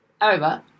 Over